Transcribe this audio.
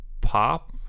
pop